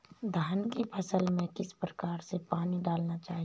धान की फसल में किस प्रकार से पानी डालना चाहिए?